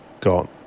got